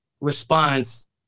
response